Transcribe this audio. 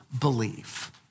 believe